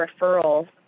referrals